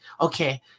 okay